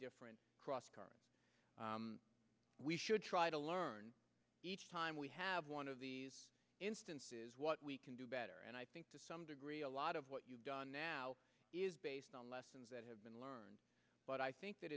different cross current we should try to learn each time we have one of these instances what we can do better and i to some degree a lot of what you've done now is based on lessons that have been learned but i think that